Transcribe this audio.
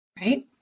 right